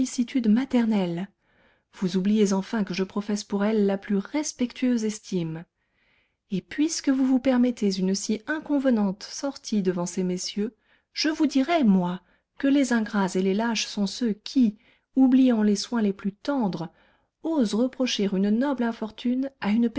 sollicitude maternelle vous oubliez enfin que je professe pour elle la plus respectueuse estime et puisque vous vous permettez une si inconvenante sortie devant ces messieurs je vous dirai moi que les ingrats et les lâches sont ceux qui oubliant les soins les plus tendres osent reprocher une noble infortune à une